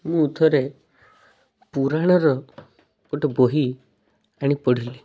ମୁଁ ଥରେ ପୁରାଣର ଗୋଟେ ବହି ଆଣି ପଢ଼ିଲି